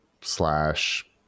slash